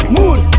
Mood